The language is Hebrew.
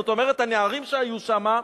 זאת אומרת, הנערים שהיו שם,